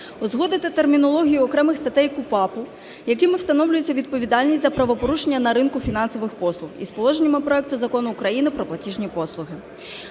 Узгодити термінологію окремих статей КУпАП, якими встановлюється відповідальність за правопорушення на ринку фінансових послуг, із положеннями проекту Закону України "Про платіжні послуги".